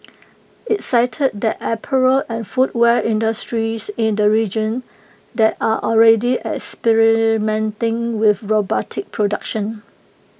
IT cited that apparel and footwear industries in the region that are already experimenting with robotic production